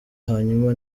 hanyuma